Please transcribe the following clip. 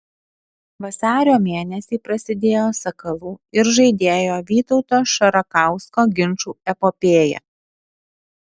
vasario mėnesį prasidėjo sakalų ir žaidėjo vytauto šarakausko ginčų epopėja